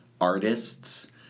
artists